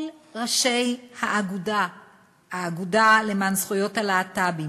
כל ראשי האגודה למען זכויות הלהט"בים,